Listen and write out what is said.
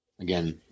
again